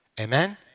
Amen